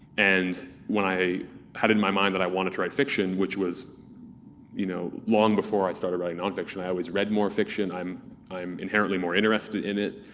and when i had in my mind that i wanted to write fiction, which was you know long before i started writing non-fiction, i always read more fiction, i'm i'm inherently more interest in it.